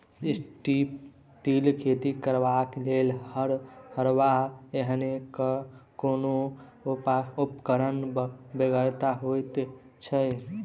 strip till खेती करबाक लेल हर वा एहने कोनो उपकरणक बेगरता होइत छै